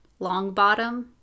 Longbottom